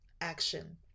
action